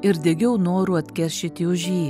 ir degiau noru atkeršyti už jį